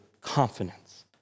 confidence